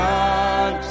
God